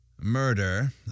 Murder